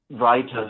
writers